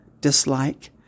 dislike